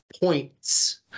points